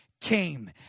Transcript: Came